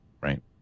right